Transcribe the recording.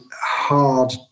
hard